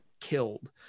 killed